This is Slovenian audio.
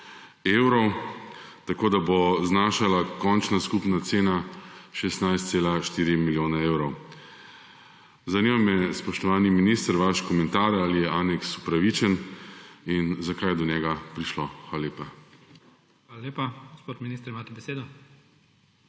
evrov, tako da bo znašala končna skupna cena 16,4 milijone evrov. Zanima me, spoštovani minister, vaš komentar: Ali je aneks upravičen in zakaj je do njega prišlo? Hvala lepa. **PREDSEDNIK IGOR ZORČIČ:** Hvala lepa.